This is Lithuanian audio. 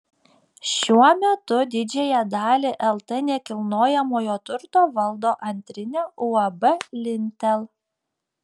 šiuo metu didžiąją dalį lt nekilnojamojo turto valdo antrinė uab lintel